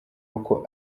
uko